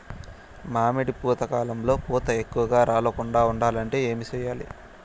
మామిడి పూత కాలంలో పూత ఎక్కువగా రాలకుండా ఉండాలంటే ఏమి చెయ్యాలి?